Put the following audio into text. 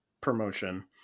promotion